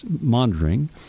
monitoring